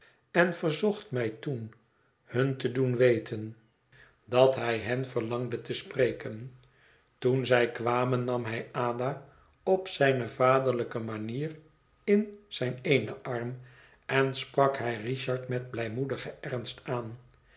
en verzocht mij toon hun te den weten dat hij hen verlangde te spreken toen zij kwamen nam hij ada op zijne vaderlijke manier in zijn eenen arm en sprak hij richard met blijmoedigen ernst aan